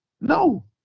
No